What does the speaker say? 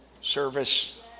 service